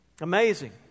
Amazing